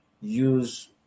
use